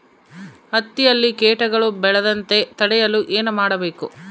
ಹತ್ತಿಯಲ್ಲಿ ಕೇಟಗಳು ಬೇಳದಂತೆ ತಡೆಯಲು ಏನು ಮಾಡಬೇಕು?